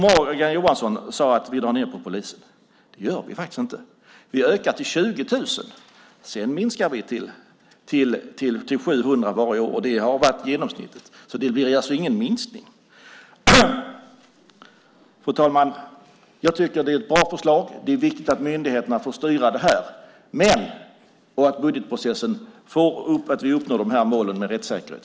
Morgan Johansson sade att vi drar ned på antalet poliser. Det gör vi faktiskt inte. Vi har ökat antalet till 20 000. Sedan kommer det att minskas till att ta in 700 varje år. Det har varit genomsnittet. Det blir alltså ingen minskning. Fru talman! Det här är ett bra förslag. Det är viktigt att myndigheterna får styra budgetprocessen och att vi når målen om rättssäkerhet.